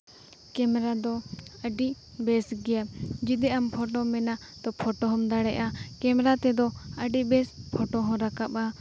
camera ᱫᱚ ᱟᱹᱰᱤ ᱵᱮᱥ ᱜᱮᱭᱟ ᱡᱩᱫᱤ ᱟᱢ ᱯᱷᱳᱴᱳᱢ ᱢᱮᱱᱟ ᱯᱷᱳᱴᱳ ᱦᱚᱸᱢ ᱫᱟᱲᱮᱭᱟᱜᱼᱟ ᱠᱮᱢᱮᱨᱟ ᱛᱮᱫᱚ ᱟᱹᱰᱤ ᱵᱮᱥ ᱯᱷᱳᱴᱳ ᱦᱚᱸ ᱨᱟᱠᱟᱵᱟ